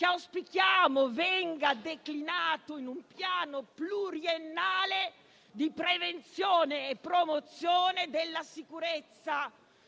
Auspichiamo che tale sistema venga declinato in un piano pluriennale di prevenzione e promozione della sicurezza